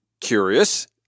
Curious